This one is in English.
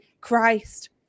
Christ